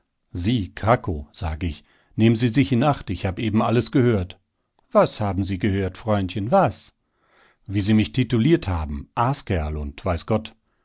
sie krakow sag ich nehmen sie sich in acht ich hab eben alles gehört was haben sie gehört freundchen was wie sie mich tituliert haben aaskerl und weiß gott